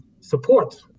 support